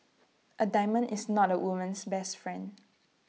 A diamond is not A woman's best friend